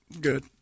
Good